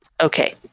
Okay